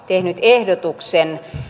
tehnyt ehdotuksen